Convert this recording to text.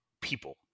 people